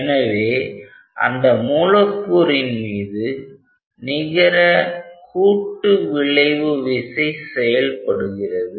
எனவே அந்த மூலக்கூறின் மீது நிகர கூட்டு விளைவு விசை செயல்படுகிறது